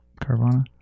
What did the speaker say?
Carvana